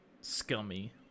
scummy